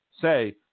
say